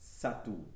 Satu